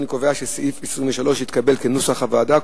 אני קובע שסעיף 23 התקבל כנוסח הוועדה,